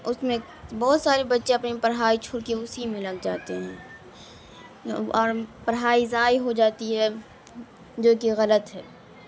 اس میں بہت سارے بچے اپنی پڑھائی چھوڑ کے اسی میں لگ جاتے ہیں اور پڑھائی ضائع ہو جاتی ہے جو کہ غلط ہے